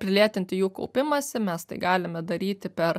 prilėtinti jų kaupimąsi mes tai galime daryti per